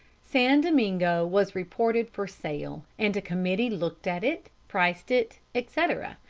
san domingo was reported for sale, and a committee looked at it, priced it, etc,